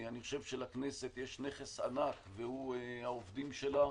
אני חושב שלכנסת יש נכס ענק, שזה העובדים שלה.